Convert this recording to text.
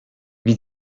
wie